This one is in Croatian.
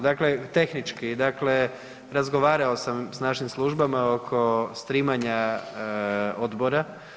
Dakle tehnički, dakle razgovarao sam s našim službama oko „streamanja“ odbora.